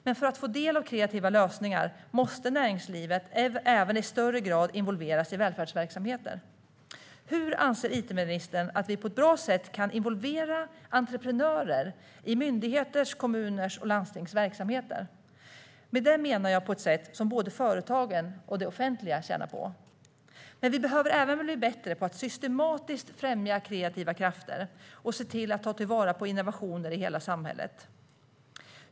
Men för att få del av kreativa lösningar måste näringslivet i högre grad involveras i välfärdsverksamheter. Hur anser it-ministern att vi på ett bra sätt kan involvera entreprenörer i myndigheters, kommuners och landstings verksamheter? Med det menar jag ett sätt som både företagen och det offentliga tjänar på. Vi behöver även bli bättre på att systematiskt främja kreativa krafter och ta vara på innovationer i hela samhället.